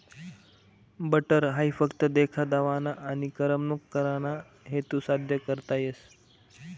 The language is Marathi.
बटर हाई फक्त देखा दावाना आनी करमणूक कराना हेतू साद्य करता येस